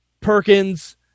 Perkins